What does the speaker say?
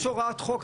יש הוראת חוק,